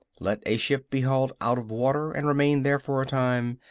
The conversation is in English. let a ship be hauled out of water and remain there for a time,